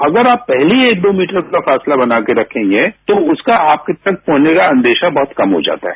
तो अगर आप पहले ही एक दो मीटर का फासला बनाकर के रखेंगे तो उसका आपके पास होने का अंदेशा कम हो जाता है